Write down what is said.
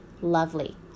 lovely